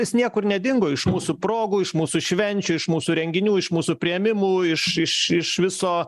jis niekur nedingo iš mūsų progų iš mūsų švenčių iš mūsų renginių iš mūsų priėmimų iš iš iš viso